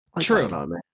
True